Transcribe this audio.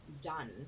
done